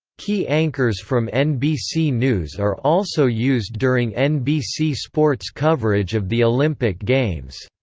key anchors from nbc news are also used during nbc sports coverage of the olympic games.